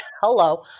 Hello